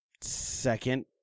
second